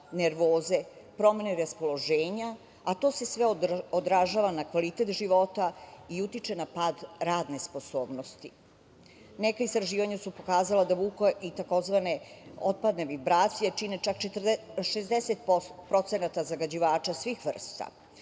nervoze, promene raspoloženja, a to se sve odražava na kvalitet života i utiče na pad radne sposobnosti. Neka istraživanja su pokazala da … i takozvane otpadne vibracije čine čak 60% zagađivača svih vrsta.